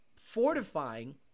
fortifying